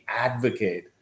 advocate